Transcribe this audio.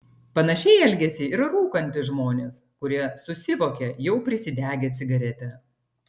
panašiai elgiasi ir rūkantys žmonės kurie susivokia jau prisidegę cigaretę